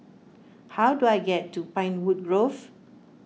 how do I get to Pinewood Grove